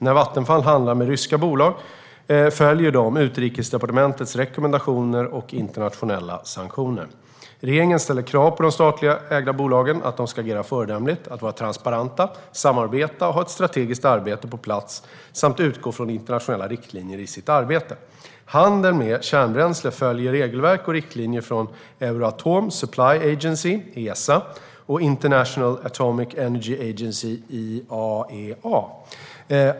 När Vattenfall handlar med ryska bolag följer de Utrikesdepartementets rekommendationer och internationella sanktioner. Regeringen ställer krav på de statligt ägda bolagen att de ska agera föredömligt, vara transparenta, samarbeta, ha ett strategiskt arbete på plats samt utgå från internationella riktlinjer i sitt arbete. Handel med kärnbränsle följer regelverk och riktlinjer från Euratom Supply Agency och International Atomic Energy Agency .